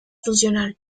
funcional